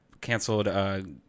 canceled